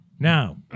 Now